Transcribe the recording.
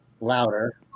louder